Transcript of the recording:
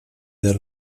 del